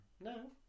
No